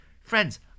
Friends